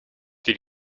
did